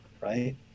right